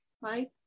right